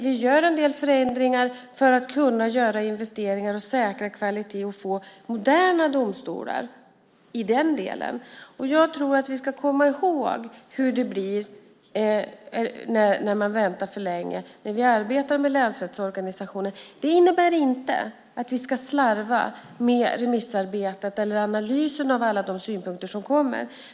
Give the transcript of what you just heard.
Vi gör en del förändringar för att kunna göra investeringar, säkra kvaliteten och få moderna domstolar. När vi arbetar med länsrättsorganisationen ska vi komma ihåg hur det blir om man väntar för länge. Det innebär inte att vi ska slarva med remissarbetet eller analysen av alla de synpunkter som kommer.